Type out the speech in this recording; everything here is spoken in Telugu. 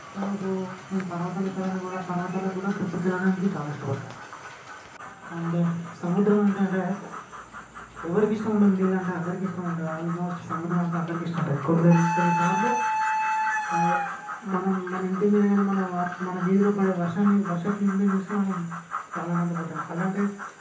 సో నాకు నేన్ పర్వతాలు ఎక్కడానికి కూడా పర్వతాలక్కూడా ట్రిప్కెళ్ళడానికి చాలా ఇష్టపడతాను అండ్ సముద్రం అంటే అంటే ఎవరికిష్టం ఉండదు నీళ్ళంటే అందరికీ ఇష్టం ఉంటుంది ఆల్మోస్ట్ సముద్రమంటే అందరికీ ఇష్టముంటుంది కొందరి కొన్నిసార్లు మనం మన ఇంటి మీద గానీ మన వా మన వీధిలో పడే వర్షాన్ని వర్షపు నీళ్ళు చూస్తే మనం చాలా ఆనందపడతాం అలాంటిది